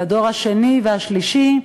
לדור השני והשלישי,